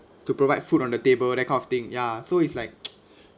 to provide food on the table that kind of thing ya so it's like